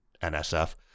NSF